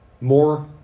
more